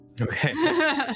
Okay